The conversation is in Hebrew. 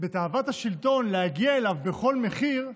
בתאוות השלטון להגיע אליו בכל מחיר,